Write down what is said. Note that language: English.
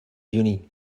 uni